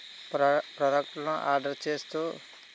ప్రొ ప్రోడక్ట్లు ఆర్డర్ చేస్తు